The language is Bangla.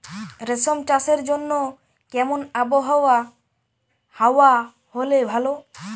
রেশম চাষের জন্য কেমন আবহাওয়া হাওয়া হলে ভালো?